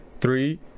Three